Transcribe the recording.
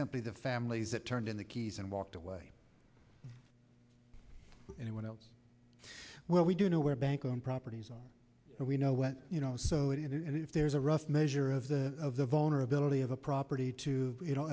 simply the families that turned in the keys and walked away anyone else well we do know where bank owned properties are and we know what you know so and if there's a rough measure of the of the vulnerability of a property to you know